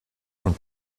und